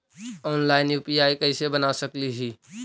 Online UPI कैसे बना सकली ही?